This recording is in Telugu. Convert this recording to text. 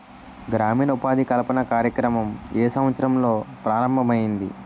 గ్రామీణ ఉపాధి కల్పన కార్యక్రమం ఏ సంవత్సరంలో ప్రారంభం ఐయ్యింది?